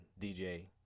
DJ